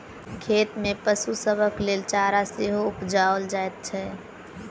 खेत मे पशु सभक लेल चारा सेहो उपजाओल जाइत छै